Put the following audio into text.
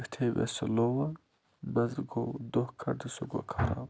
یُتھٕے مےٚ سُہ لوگ منٛزٕ گوٚو دۄہ کھنٛڈ تہٕ سُہ گوٚو خراب